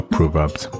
Proverbs